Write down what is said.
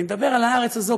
אני מדבר על הארץ הזאת,